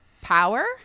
power